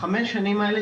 החמש שנים האלה,